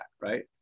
right